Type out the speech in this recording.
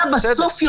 מה בסוף יוצא.